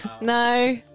No